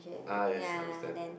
ah yes understand